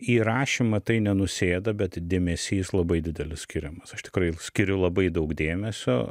į rašymą tai nenusėda bet dėmesys labai didelis skiriamas aš tikrai skiriu labai daug dėmesio